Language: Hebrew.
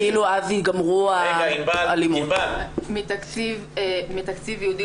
כאילו שאז ייגמרו ה --- מתקציב ייעודי